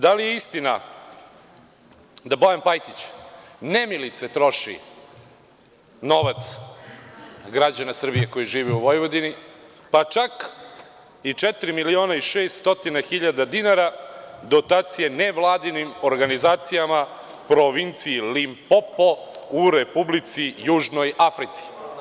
Da li je istina da Bojan Pajtić nemilice troši novac građana Srbije koji žive u Vojvodini, pa čak i četiri miliona i 600 hiljada dinara dotacije nevladinim organizacijama provinciji Limpopo u Republici Južnoj Africi.